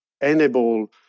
enable